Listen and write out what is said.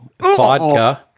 vodka